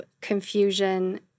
confusion